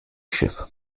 schiff